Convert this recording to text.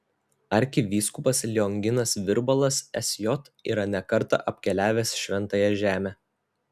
arkivyskupas lionginas virbalas sj yra ne kartą apkeliavęs šventąją žemę